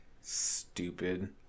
stupid